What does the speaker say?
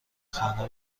خانه